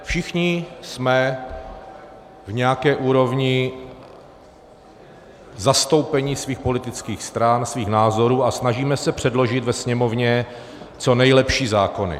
Všichni jsme v nějaké úrovni zastoupení svých politických stran, svých názorů a snažíme se předložit ve Sněmovně co nejlepší zákony.